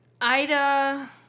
Ida